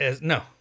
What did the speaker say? No